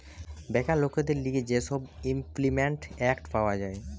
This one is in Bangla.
বেকার লোকদের লিগে যে সব ইমল্পিমেন্ট এক্ট পাওয়া যায়